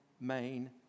main